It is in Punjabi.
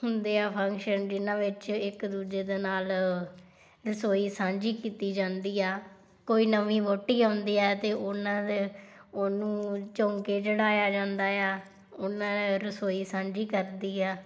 ਹੁੰਦੇ ਆ ਫੰਕਸ਼ਨ ਜਿਨ੍ਹਾਂ ਵਿੱਚ ਇੱਕ ਦੂਜੇ ਦੇ ਨਾਲ ਰਸੋਈ ਸਾਂਝੀ ਕੀਤੀ ਜਾਂਦੀ ਆ ਕੋਈ ਨਵੀਂ ਵਹੁਟੀ ਆਉਂਦੀ ਹੈ ਤਾਂ ਉਹਨਾਂ ਦੇ ਉਹਨੂੰ ਚੌਂਕੇ ਚੜਾਇਆ ਜਾਂਦਾ ਆ ਉਹਨਾਂ ਰਸੋਈ ਸਾਂਝੀ ਕਰਦੀ ਆ